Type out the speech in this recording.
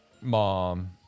mom